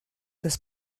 das